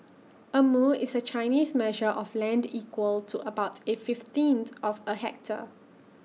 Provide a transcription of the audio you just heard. A mu is A Chinese measure of land equal to about A fifteenth of A hectare